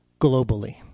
globally